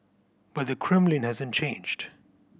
but the Kremlin hasn't changed